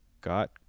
got